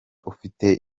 ufite